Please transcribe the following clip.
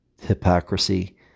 hypocrisy